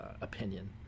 opinion